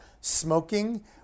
smoking